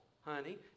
honey